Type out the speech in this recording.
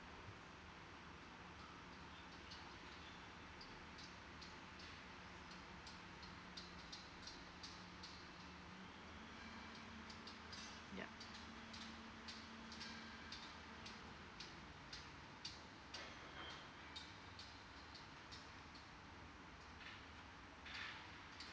yup